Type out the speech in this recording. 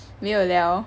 没有 liao